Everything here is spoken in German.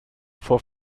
vor